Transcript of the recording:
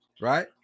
right